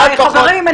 די, חברים.